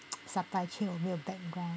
supply chain 我也没有 background